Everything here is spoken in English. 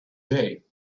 day